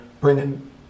bringing